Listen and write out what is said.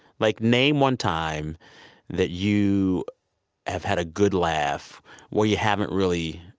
like, name one time that you have had a good laugh where you haven't really,